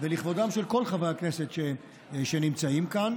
ולכבודם של כל חברי הכנסת שנמצאים כאן,